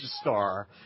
star